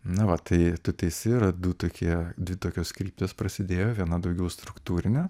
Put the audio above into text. na va tai tu teisi yra du tokie dvi tokios kryptys prasidėjo viena daugiau struktūrinio